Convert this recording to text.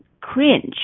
cringe